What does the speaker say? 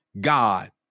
god